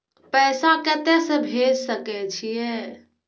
पैसा कते से भेज सके छिए?